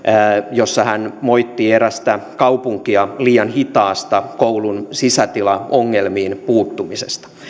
jossa hän moittii erästä kaupunkia liian hitaasta koulun sisäilmaongelmiin puuttumisesta